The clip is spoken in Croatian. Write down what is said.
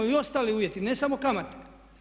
I ostali uvjeti, ne samo kamate.